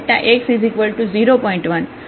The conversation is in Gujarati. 01